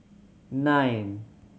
nine